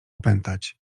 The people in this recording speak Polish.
opętać